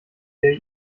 der